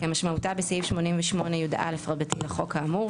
כמשמעותה בסעיף 88יא רבתי לחוק האמור,